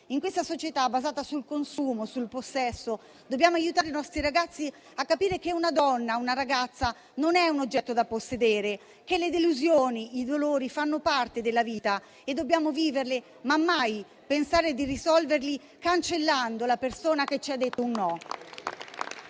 In questa società, basata sul consumo e sul possesso, dobbiamo aiutare i nostri ragazzi a capire che una donna, una ragazza, non è un oggetto da possedere, che le delusioni e i dolori fanno parte della vita e dobbiamo viverli, ma mai pensare di risolverli cancellando la persona che ci ha detto un no.